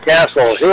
Castle